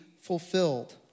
fulfilled